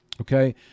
Okay